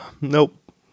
Nope